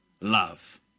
Love